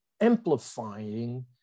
amplifying